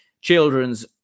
children's